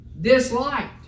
disliked